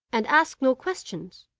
and ask no questions.